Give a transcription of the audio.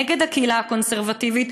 נגד הקהילה הקונסרבטיבית,